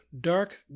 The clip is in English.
dark